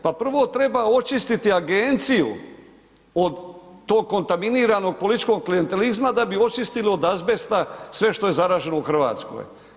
Pa prvo treba očistiti agenciju od tog konaminiranog političkog klijentelizma da bi očistili od azbesta sve što je zaraženo u Hrvatskoj.